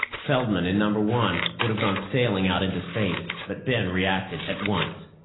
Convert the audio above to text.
feldman in number one would have gone sailing out into space, but ben reacted at once.